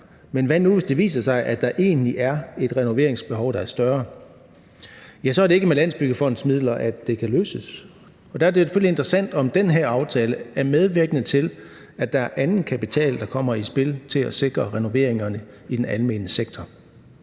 Men hvad nu, hvis det viser sig, at der egentlig er et renoveringsbehov, der er større? Ja, så er det ikke med Landsbyggefondens midler, det kan løses, og der er det jo selvfølgelig interessant, om den her aftale er medvirkende til, at der er anden kapital, der kommer i spil i forhold til at sikre renoveringerne i den almene sektor.